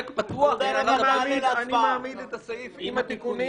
אני מעמיד להצבעה את הסעיף עם התיקונים.